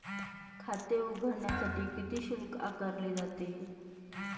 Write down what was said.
खाते उघडण्यासाठी किती शुल्क आकारले जाते?